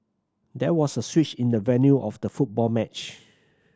there was a switch in the venue of the football match